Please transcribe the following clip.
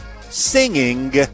singing